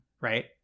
right